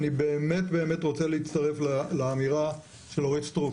אני באמת רוצה להצטרף לאמירה של אורית סטרוק: